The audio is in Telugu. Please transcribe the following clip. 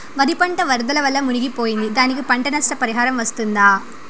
వరి పంట వరదల వల్ల మునిగి పోయింది, దానికి పంట నష్ట పరిహారం వస్తుందా?